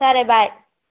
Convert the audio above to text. సరే బాయ్